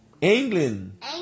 England